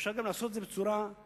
אפשר לעשות את זה גם בצורה ספוראדית,